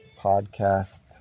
Podcast